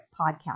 podcast